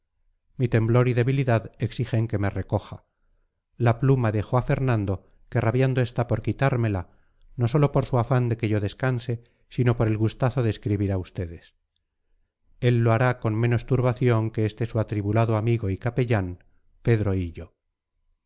mi temblor y debilidad exigen que me recoja la pluma dejo a fernando que rabiando está por quitármela no sólo por su afán de que yo descanse sino por el gustazo de escribir a ustedes él lo hará con menos turbación que este su atribulado amigo y capellán pedro